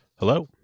Hello